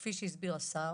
כפי שהסביר השר,